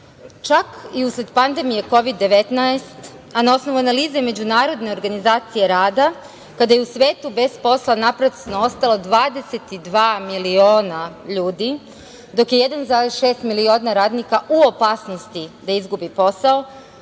Čak, i usled pandemije Kovid 19, a na osnovu analize međunarodne organizacije rada, kada je u svetu bez posla naprasno ostalo 22 miliona ljudi, dok je 1,6 miliona radnika u opasnosti da izgubi posao,